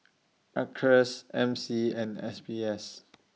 Acres M C and S B S